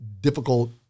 difficult